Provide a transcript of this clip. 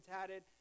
tatted